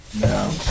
No